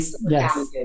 Yes